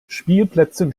spielplätzen